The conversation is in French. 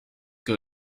que